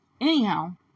anyhow